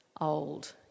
old